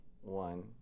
One